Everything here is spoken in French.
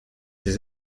ses